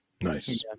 nice